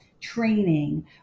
training